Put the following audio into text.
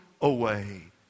away